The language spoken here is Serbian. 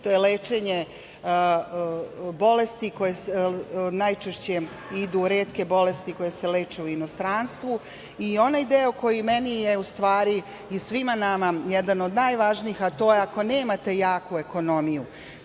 a to je lečenje retkih bolesti koje se leče u inostranstvu. Onaj deo koji meni je u stvari svima nama jedan od najvažnijih, a to je ako nemate jaku ekonomiju,